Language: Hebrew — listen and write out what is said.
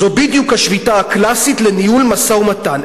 זו בדיוק השביתה הקלאסית לניהול משא-ומתן.